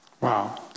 Wow